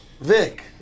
Vic